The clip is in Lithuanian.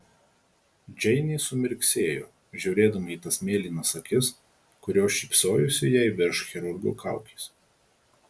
džeinė sumirksėjo žiūrėdama į tas mėlynas akis kurios šypsojosi jai virš chirurgo kaukės